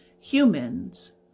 humans